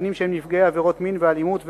קטינים שהם נפגעי עבירות מין ואלימות ועוד.